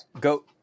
Go